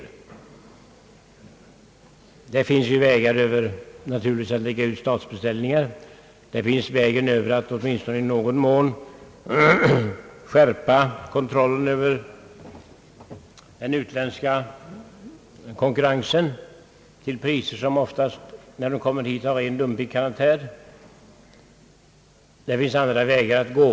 Möjlighet finns ju att lägga ut statsbeställningar och att åtminstone i någon mån skärpa kontrollen över den utländska konkurrensen till priser som, när varorna kommer hit, oftast är av ren dumpingkaraktär. Det finns också andra vägar att gå.